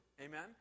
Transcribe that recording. amen